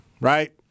right